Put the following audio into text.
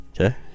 okay